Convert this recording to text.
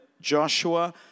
Joshua